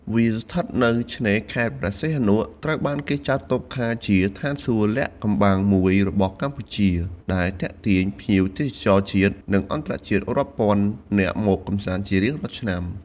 វាស្ថិតនៅឆ្នេរខេត្តព្រះសីហនុ ត្រូវបានគេចាត់ទុកថាជា ឋានសួគ៌លាក់កំបាំងមួយរបស់កម្ពុជា ដែលទាក់ទាញភ្ញៀវទេសចរជាតិ និងអន្តរជាតិរាប់ពាន់នាក់មកកំសាន្តជារៀងរាល់ឆ្នាំ។